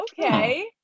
okay